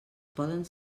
poden